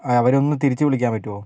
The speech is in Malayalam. അവരെയൊന്ന് തിരിച്ച് വിളിക്കാൻ പറ്റുവോ